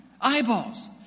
Eyeballs